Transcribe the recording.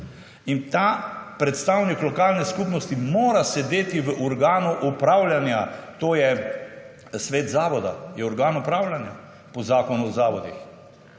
In ta predstavnik lokalne skupnosti mora sedeti v organu upravljanja, to je Svet zavoda je organ upravljanja po Zakonu o zavodih.